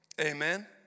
Amen